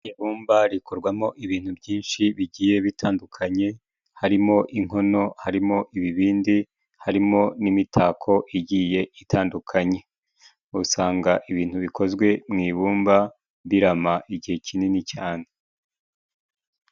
Ibumba rikorwamo ibintu byinshi bigiye bitandukanye, harimo inkono, harimo ibibindi, harimo n'imitako igiye itandukanye. Usanga ibintu bikozwe mu ibumba bimara igihe kinini cyane.